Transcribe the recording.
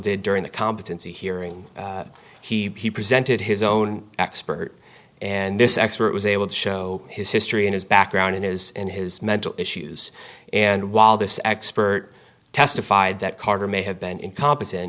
did during the competency hearing he presented his own expert and this expert was able to show his history in his background in his in his mental issues and while this expert testified that carter may have been incompetent